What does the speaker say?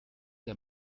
der